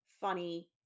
funny